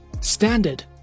standard